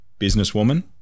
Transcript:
businesswoman